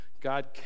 God